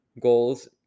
goals